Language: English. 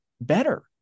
better